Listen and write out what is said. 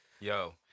Yo